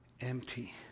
empty